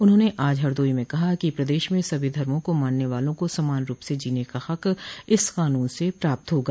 उन्होंने आज हरदोई में कहा कि प्रदेश में सभी धर्मो को मानने वालों को समान रूप से जीने का हक इस कानून से प्राप्त होगा